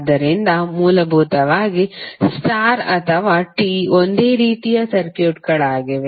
ಆದ್ದರಿಂದ ಮೂಲಭೂತವಾಗಿ ಸ್ಟಾರ್ ಅಥವಾ T ಒಂದೇ ರೀತಿಯ ಸರ್ಕ್ಯೂಟ್ಗಳಾಗಿವೆ